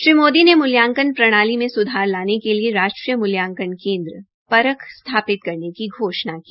श्री मोदी ने मूल्यांकन प्रणाली में सुधार आने के लिए राष्ट्रीय मूल्यांकन केन्द्र परख सथापित करने की घोषणा की